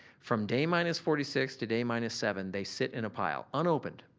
from day minus forty six to day minus seven, they sit in a pile unopened,